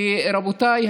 כי רבותיי,